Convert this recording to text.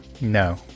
No